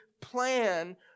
plan